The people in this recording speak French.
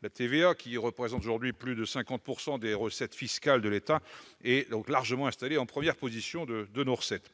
La TVA, qui représente aujourd'hui plus de 50 % des recettes fiscales de l'État, figure largement à la première position s'agissant de nos recettes